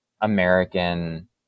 American